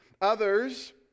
Others